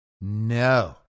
No